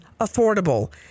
affordable